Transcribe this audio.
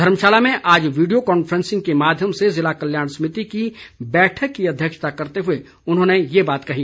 धर्मशाला में आज video conferencing के माध्यम से जिला कल्याण समिति की बैठक की अध्यक्षता करते हुए उन्होंने ये बात कही